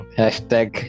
hashtag